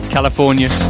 California